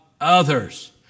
others